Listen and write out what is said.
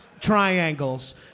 triangles